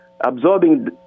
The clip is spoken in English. absorbing